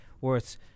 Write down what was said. worth